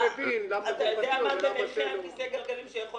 אתה יודע מה זה נכה על כיסא גלגלים שיכול